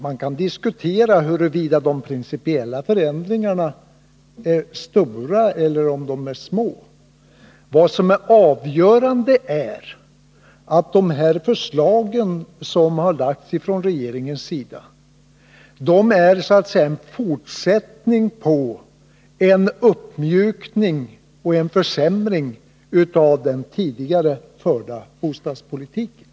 Man kan diskutera huruvida de principiella förändringarna är stora eller små, men avgörande är att de förslag som regeringen lagt fram är så att säga en fortsättning på en uppmjukning och en försämring av den tidigare förda bostadspolitiken.